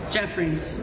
Jeffries